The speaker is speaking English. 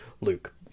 Luke